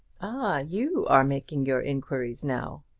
ah you are making your inquiries now.